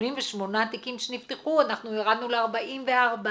מ-88 תיקים שנפתחו, אנחנו ירדנו ל-44,